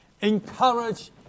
Encourage